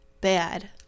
bad